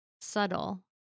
subtle